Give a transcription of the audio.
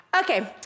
Okay